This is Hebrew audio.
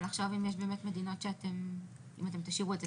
ולחשוב אם תשאירו את המדינות כפי שהן.